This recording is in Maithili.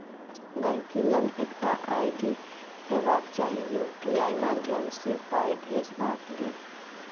गांहिकी लग एकटा आइ.डी हेबाक चाही यु.पी.आइ माध्यमसँ पाइ भेजबाक लेल